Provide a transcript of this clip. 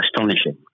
astonishing